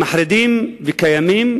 והם קיימים